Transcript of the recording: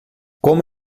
como